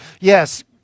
yes